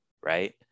right